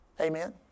Amen